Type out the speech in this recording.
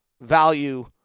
value